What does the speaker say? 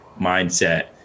mindset